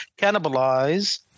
cannibalize